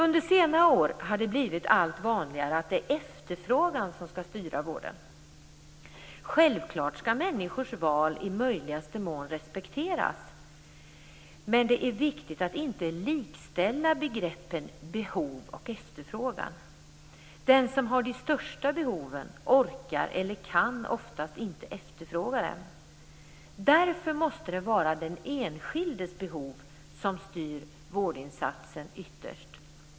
Under senare år har det blivit allt vanligare att det är efterfrågan som skall styra vården. Självklart skall människors val i möjligaste mån respekteras, men det är viktigt att inte likställa begreppen behov och efterfrågan. Den som har de största behoven orkar eller kan oftast inte efterfråga dem. Därför måste det vara den enskildes behov som styr vårdinsatsen ytterst.